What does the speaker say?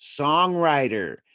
songwriter